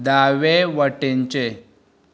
दावे वटेनचें